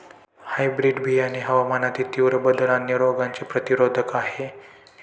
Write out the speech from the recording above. hybrid बियाणे हवामानातील तीव्र बदल आणि रोगांचे प्रतिरोधक आहे